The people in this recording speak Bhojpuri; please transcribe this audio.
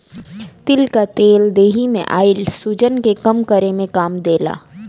तिल कअ तेल देहि में आइल सुजन के कम करे में काम देला